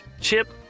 Chip